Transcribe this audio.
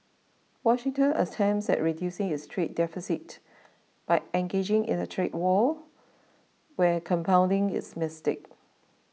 Washington's attempts at reducing its trade deficit by engaging in a trade war were compounding its mistakes